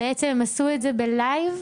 הם עשו את זה בלייב?